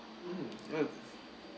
mm um